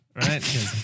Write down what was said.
Right